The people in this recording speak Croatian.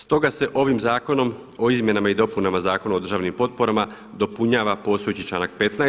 Stoga se ovim Zakonom o izmjenama i dopunama Zakona o državnim potporama dopunjava postojeći članak 15.